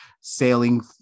sailing